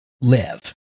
live